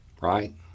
Right